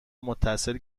متصل